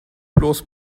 bloß